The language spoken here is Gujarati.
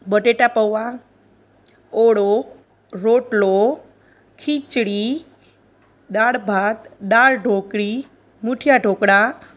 બટેટા પૌઆ ઓળો રોટલો ખીચડી દાળભાત દાળ ઢોકળી મૂઠિયાં ઢોકળા